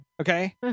Okay